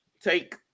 take